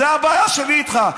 זו הבעיה שלי איתך.